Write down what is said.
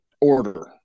order